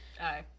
Aye